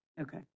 Okay